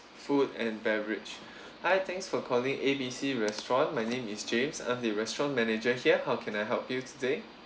food and beverage hi thanks for calling A B C restaurant my name is james I'm the restaurant manager here how can I help you today